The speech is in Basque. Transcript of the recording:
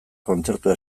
kontzertua